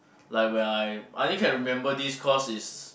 like when I I only can remember this cause is